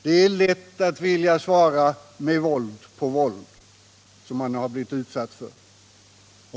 Det är lätt att vilja svara med våld på våld som man blivit utsatt för.